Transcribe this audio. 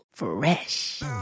Fresh